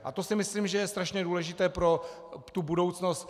A to si myslím, že je strašně důležité pro tu budoucnost.